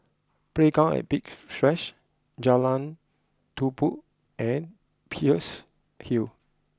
playground at Big Splash Jalan Tumpu and Peirce Hill